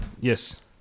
Yes